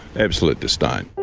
absolute disdain.